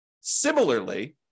Similarly